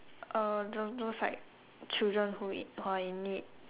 uh the those like children who in who are in need